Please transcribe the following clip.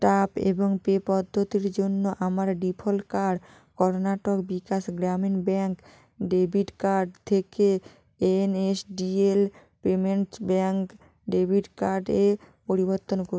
tap এবং pay পদ্ধতির জন্য আমার default card Karnataka Vikas Grameen bank debit card থেকে N S D L payments bank debit কার্ডে পরিবর্তন কো